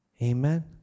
Amen